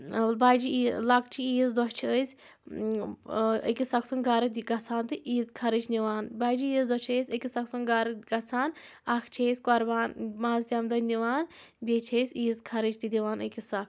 بَجہِ عیٖز لۄکچہِ عیٖز دۄہ چھِ أسۍ أکِس اکھ سُنٛد گرٕ گژھان تہٕ عیٖد خرٕچ نِوان بَجہِ عیٖذ دۄہ چھِ أسۍ أکِس اکھ سُنٛد گرٕ گژھان اَکھ چھِ أسۍ قۄربان مازٕ تَمہِ دۄہ نِوان بیٚیہِ چھِ أسۍ عیٖذ خرٕچ تہِ دِوان أکِس اکھ